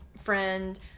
friend